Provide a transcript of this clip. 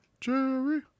Jerry